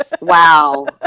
Wow